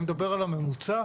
אני מדבר על הממוצע.